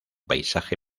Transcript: paisaje